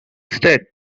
state